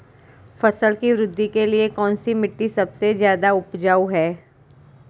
फसल की वृद्धि के लिए कौनसी मिट्टी सबसे ज्यादा उपजाऊ है?